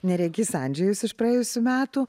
neregys andžejus iš praėjusių metų